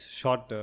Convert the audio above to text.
short